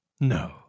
No